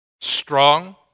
Strong